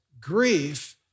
grief